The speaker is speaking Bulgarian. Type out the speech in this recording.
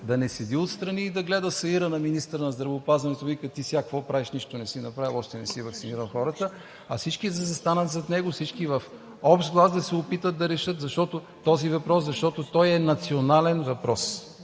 да не седи отстрани и да гледа сеира на министъра на здравеопазването, да викат: „Ти сега какво правиш? Нищо не си направил, още не си ваксинирал хората“, а всички да застанат зад него, всички в общ глас да се опитат да решат този въпрос, защото той е национален въпрос.